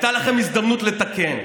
הייתה לכם הזדמנות לתקן,